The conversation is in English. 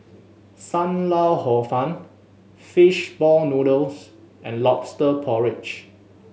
Sam Lau Hor Fun Fish Ball Noodles and Lobster Porridge